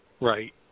Right